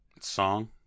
Song